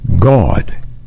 God